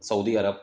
Saudi Arab